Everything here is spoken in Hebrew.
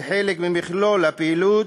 כחלק ממכלול הפעילות,